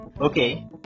Okay